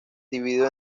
dividido